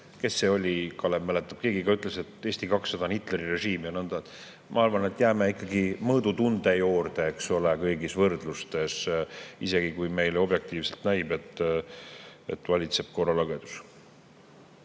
et keegi – Kalev mäletab, kes see oli – ütles, et Eesti 200 on Hitleri režiim ja nõnda. Ma arvan, et [võiksime] jääda ikkagi mõõdutunde juurde kõigis võrdlustes, isegi kui meile objektiivselt näib, et valitseb korralagedus.